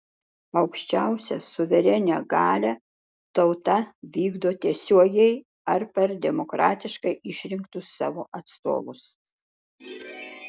aukščiausią suverenią galią tauta vykdo tiesiogiai ar per demokratiškai išrinktus savo atstovus